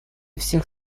всех